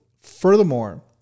furthermore